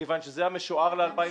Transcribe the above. מכיוון שזה המשוער ל-2018,